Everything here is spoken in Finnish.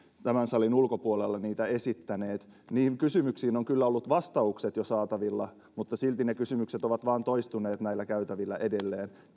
tämän salin ulkopuolella niitä esittäneet niihin kysymyksiin on kyllä ollut vastaukset jo saatavilla mutta silti ne kysymykset ovat vain toistuneet näillä käytävillä edelleen